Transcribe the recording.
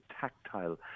tactile